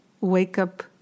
wake-up